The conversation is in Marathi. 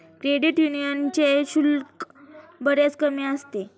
क्रेडिट यूनियनचे शुल्क बरेच कमी असते